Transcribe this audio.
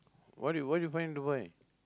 what what you find in Dubai